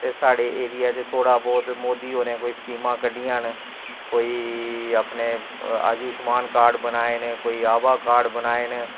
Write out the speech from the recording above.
ठीक ऐ उत्थैं पेपर च बी लिखे दा ठीक ऐ कि छुट्टी ऐ जियां पैह्ले बिमारी किन्नी फैली दी ही